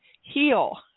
heal